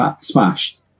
smashed